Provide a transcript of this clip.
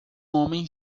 homem